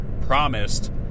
promised